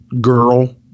girl